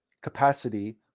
capacity